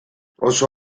oso